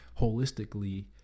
holistically